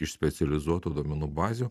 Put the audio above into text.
iš specializuotų duomenų bazių